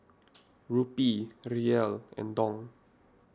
Rupee Riel and Dong